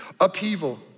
upheaval